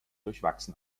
durchwachsen